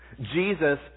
Jesus